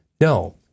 No